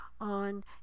on